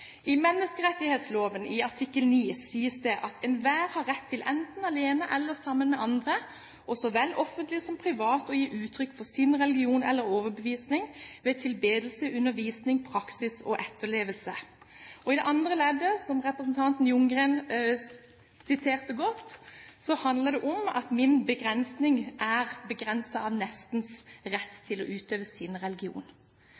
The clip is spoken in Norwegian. plagg. I menneskerettslovens artikkel 9 sies det at enhver har rett til «enten alene eller sammen med andre og såvel offentlig som privat å gi uttrykk for sin religion eller overbevisning, ved tilbedelse, undervisning, praksis og etterlevelse.» I det andre leddet, som representanten Ljunggren siterte godt, handler det om at min begrensning er begrenset av nestens rett